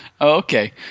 okay